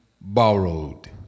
borrowed